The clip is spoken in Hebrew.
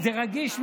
זה רגיש מאוד.